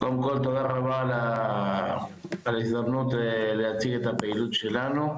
קודם כל תודה רבה על ההזדמנות להציג על הפעילות שלנו,